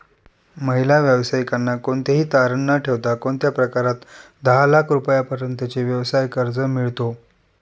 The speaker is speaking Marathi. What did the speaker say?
महिला व्यावसायिकांना कोणतेही तारण न ठेवता कोणत्या प्रकारात दहा लाख रुपयांपर्यंतचे व्यवसाय कर्ज मिळतो?